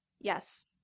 Yes